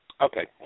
Okay